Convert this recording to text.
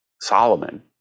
Solomon